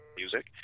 music